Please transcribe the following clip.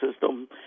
system